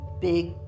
Big